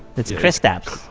it's kristaps!